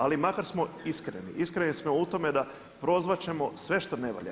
Ali makar smo iskreni, iskreni smo u tome da prozvat ćemo sve što ne valja.